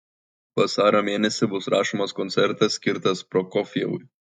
vasario mėnesį bus rašomas koncertas skirtas prokofjevui